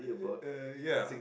uh uh uh ya